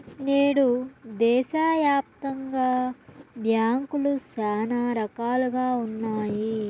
నేడు దేశాయాప్తంగా బ్యాంకులు శానా రకాలుగా ఉన్నాయి